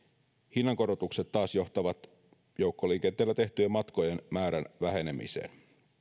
hinnankorotukset taas johtavat joukkoliikenteellä tehtyjen matkojen vähenemiseen